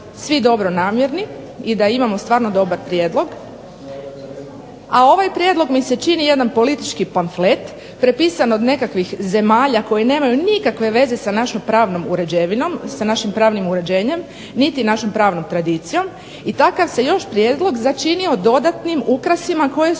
svi dobronamjerni i da imamo stvarno dobar prijedlog. A ovaj prijedlog mi se čini jedan politički pamflet prepisan od nekakvih zemalja koji nemaju nikakve veze sa našim pravnim uređenjem niti našom pravnom tradicijom i takav se još prijedlog začinio dodatnim ukrasima koji su